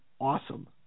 awesome